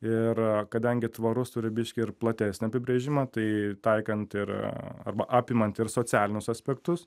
ir kadangi tvarus turi biškį ir platesnį apibrėžimą tai taikant ir arba apimant ir socialinius aspektus